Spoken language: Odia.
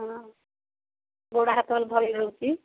ହଁ ଗୋଡ଼ ହାତ ଭଲ ଲାଗୁଛି